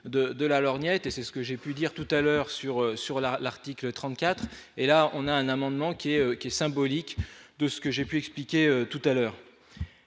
de la lorgnette et c'est ce que j'ai pu dire tout à l'heure sur sur la l'article 34 et là on a un amendement qui est qui est symbolique de ce que j'ai pu expliquer tout à l'heure,